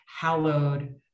hallowed